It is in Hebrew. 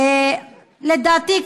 לדעתי,